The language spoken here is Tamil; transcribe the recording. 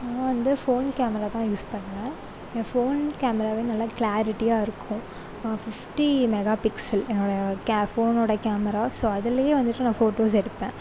நான் வந்து ஃபோன் கேமரா தான் யூஸ் பண்ணுவேன் என் ஃபோன் கேமராவே நல்ல கிளாரிட்டியாக இருக்கும் ஃபிஃப்டி மெகா பிக்சல் என்னோட ஃபோனோட கேமரா ஸோ அதுலேயே வந்துட்டு நான் ஃபோட்டோஸ் எடுப்பேன்